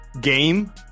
game